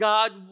God